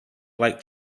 light